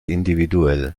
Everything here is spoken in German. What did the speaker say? individuell